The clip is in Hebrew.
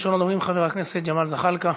ראשון הדוברים, חבר הכנסת ג'מאל זחאלקה,